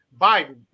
Biden